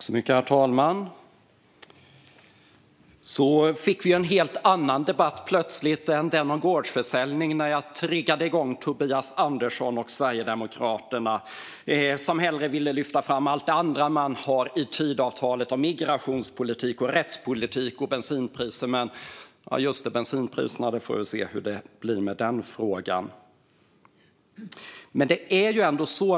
Herr talman! Vi fick plötsligt en annan debatt än den om gårdsförsäljning när jag triggade igång Tobias Andersson och Sverigedemokraterna. Han ville hellre lyfta fram allt det andra som finns i Tidöavtalet om migrationspolitik, rättspolitik och bensinpriser. Just det, vi får väl se hur det blir med bensinpriserna.